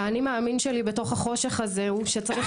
האני מאמין שלי בתוך החושך הזה הוא שצריך